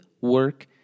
work